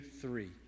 three